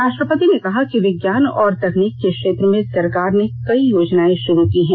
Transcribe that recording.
राष्ट्रपति ने कहा कि विज्ञान और तकनीक के क्षेत्र में सरकार ने कई योजनाएं शुरू की है